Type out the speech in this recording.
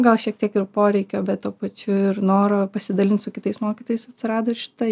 gal šiek tiek ir poreikio bet tuo pačiu ir noro pasidalint su kitais mokytais atsirado ir šitai